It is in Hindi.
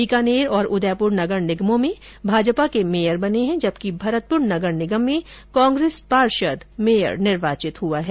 बीकानेर और उदयपुर नगर निगमों में भाजपा के मेयर बने हैं जबकि भरतपुर नगर निगम में कांग्रेस पार्षद मेयर निर्वाचित हुआ है